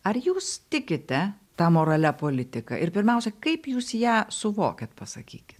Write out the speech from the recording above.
ar jūs tikite tą moralia politika ir pirmiausia kaip jūs ją suvokiate pasakykit